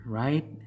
right